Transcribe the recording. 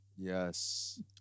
Yes